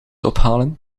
ophalen